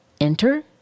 Enter